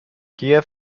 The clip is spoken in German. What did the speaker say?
kiew